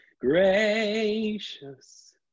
gracious